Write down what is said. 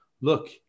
look